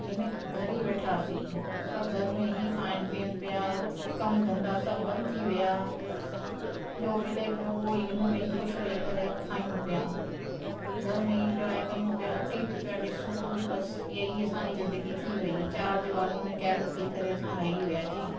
इन घरु ई वेठासीं सभु घर में ई खाइनि पीअनि पिया कमु धंधा सभु बंदि थी विया जो मिले पियो उहो ई उन में ख़ुशि रही करे खाऊं पिया घर में इंजॉय कयूं पिया टीवी पिया ॾिसूं बसि ईअं ई असांजी ज़िंदगी थी वई चारि दीवारुयुनि में क़ैद थी करे असां रही वियासीं